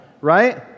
right